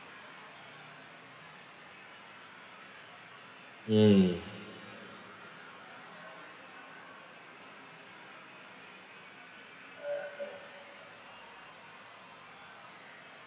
mm